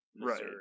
right